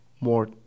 more